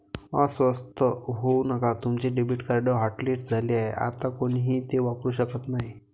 अस्वस्थ होऊ नका तुमचे डेबिट कार्ड हॉटलिस्ट झाले आहे आता कोणीही ते वापरू शकत नाही